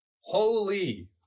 Holy